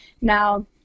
Now